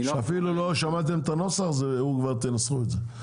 שאפילו לא שמעתם את הנוסח הזה הוא כבר תנסחו את זה.